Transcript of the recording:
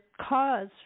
cause